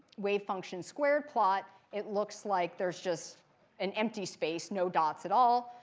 wave function squared plot, it looks like there's just an empty space, no dots at all.